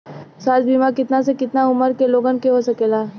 स्वास्थ्य बीमा कितना से कितना उमर के लोगन के हो सकेला?